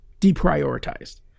deprioritized